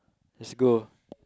lets go